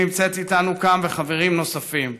שנמצאת איתנו כאן, וחברים נוספים.